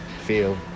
feel